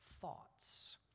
thoughts